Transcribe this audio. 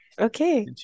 Okay